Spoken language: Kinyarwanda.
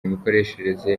imikoreshereze